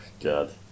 God